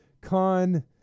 Con